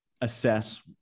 assess